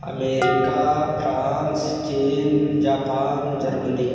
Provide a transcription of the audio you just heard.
America France China Japan Germany